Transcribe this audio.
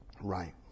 right